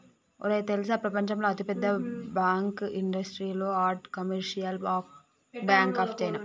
ఒరేయ్ తెల్సా ప్రపంచంలో అతి పెద్ద bank industrial and commercial bank of China